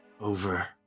over